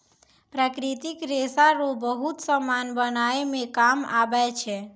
प्राकृतिक रेशा रो बहुत समान बनाय मे काम आबै छै